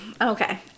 Okay